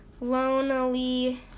Lonely